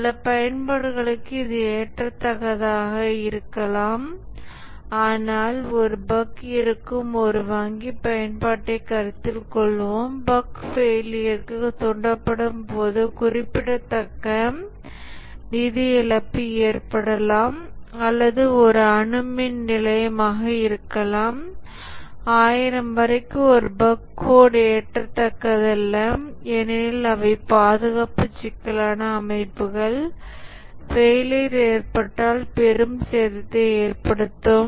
சில பயன்பாடுகளுக்கு இது ஏற்கத்தக்கதாக இருக்கலாம் ஆனால் ஒரு பஃக் இருக்கும் ஒரு வங்கி பயன்பாட்டைக் கருத்தில் கொள்வோம் பஃக் ஃபெயிலியர்க்குத் தூண்டப்படும்போது குறிப்பிடத்தக்க நிதி இழப்பு ஏற்படலாம் அல்லது ஒரு அணு மின் நிலையமாக இருக்கலாம் 1000 வரிக்கு 1 பஃக் கோட் ஏற்கத்தக்கதல்ல ஏனெனில் அவை பாதுகாப்பு சிக்கலான அமைப்புகள் ஃபெயிலியர் ஏற்பட்டால் பெரும் சேதத்தை ஏற்படுத்தும்